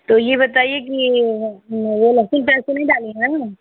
तो यह बताइए कि वह लहसुन प्याज़ तो नहीं डालिएगा